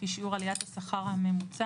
לפי שיעור עליית השכר הממוצע,